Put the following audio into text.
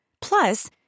Plus